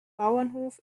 bauernhof